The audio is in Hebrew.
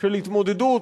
של התמודדות,